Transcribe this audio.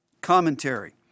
Commentary